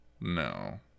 No